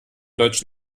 deutsch